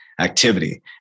activity